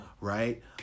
right